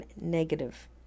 negative